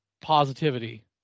positivity